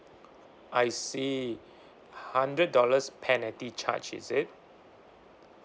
I see hundred dollars penalty charge is it